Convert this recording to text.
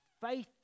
faith